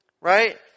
right